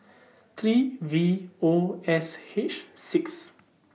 three V O S H six